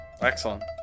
Excellent